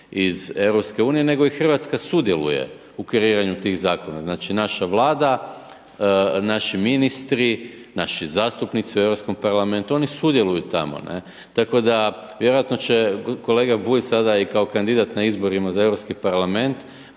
iz EU, nego i Hrvatska sudjeluje u kreiranju tih zakona. Znači naša vlada, naši ministri, naši zastupnici u Europskom parlamentu, oni sudjeluju tamo, ne. Tako da, vjerojatno će i kolega Bulj, sada i kao kandidat na izborima za Europski parlament,